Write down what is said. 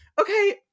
Okay